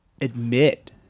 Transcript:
admit